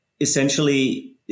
essentially